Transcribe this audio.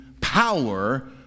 power